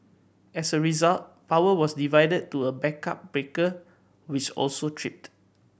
as a result power was divided to a backup breaker which also tripped